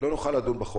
יחזור לבידוד ביתי.